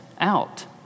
out